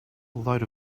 load